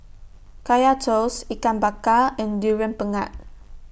Kaya Toast Ikan Bakar and Durian Pengat